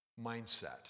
mindset